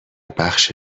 بخش